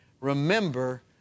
Remember